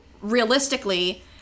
realistically